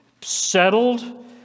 Settled